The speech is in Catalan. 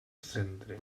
centre